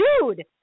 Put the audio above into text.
dude